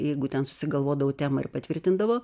jeigu ten susigalvodavau temą ir patvirtindavo